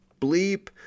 bleep